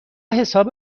حساب